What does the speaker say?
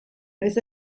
noiz